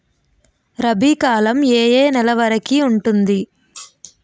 రబీ కాలం ఏ ఏ నెల వరికి ఉంటుంది?